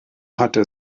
hatte